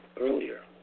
earlier